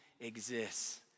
exists